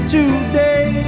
Today